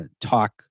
talk